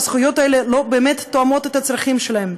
הזכויות האלה לא באמת תואמות את הצרכים שלהם.